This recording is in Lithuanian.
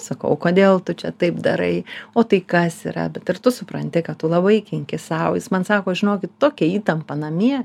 sakau o kodėl tu čia taip darai o tai kas yra bet ar tu supranti kad tu labai kenki sau jis man sako žinokit tokia įtampa namie